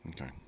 Okay